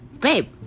babe